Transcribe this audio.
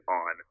on